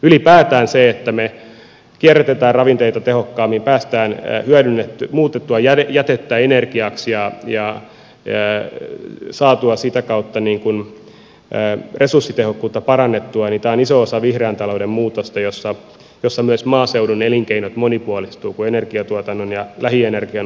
ylipäätään se että me kierrätämme ravinteita tehokkaammin saamme muutettua jätettä energiaksi ja sitä kautta parannettua resurssitehokkuutta on iso osa vihreän talouden muutosta jossa myös maaseudun elinkeinot monipuolistuvat kun energiantuotannon ja lähienergian osuus vahvistuu